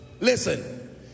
Listen